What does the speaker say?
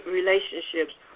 relationships